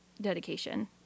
dedication